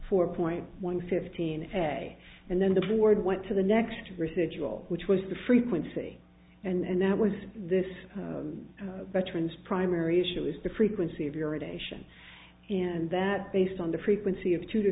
four point one fifteen a and then the board went to the next residual which was the frequency and that was this veterans primary issue is the frequency of urination and that based on the frequency of two to